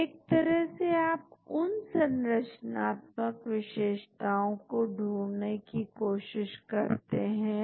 तो यदि आप यह सारे चार मॉलिक्यूल ले और एलाइन करें तो आपको तीन एक्सेप्टर हाइड्रोजन बॉन्ड एक्सेप्टर की विशेषता मिलेगी तो यह टेस्ट का स्कोर है आप इसको देख सकते हैं